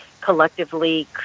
collectively